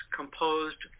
composed